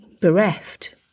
bereft